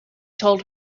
told